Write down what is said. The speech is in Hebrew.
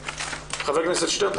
חבר הכנסת שטרן,